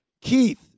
Keith